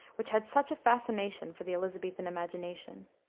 which had such a fascination for the elisabethan imagination.